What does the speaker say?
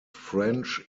french